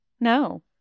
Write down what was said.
No